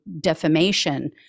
defamation